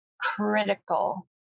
critical